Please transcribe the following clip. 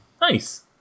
nice